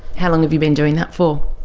how long have you been doing that for?